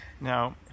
Now